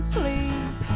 sleep